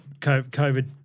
COVID